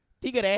Tigre